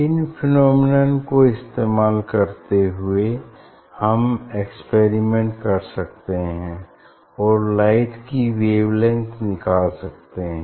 इस फेनोमेनन को इस्तेमाल करते हुए हम एक्सपेरिमेंट कर सकते हैं और लाइट की वेवलेंग्थ निकाल सकते हैं